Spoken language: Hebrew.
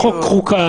החוק חוקק,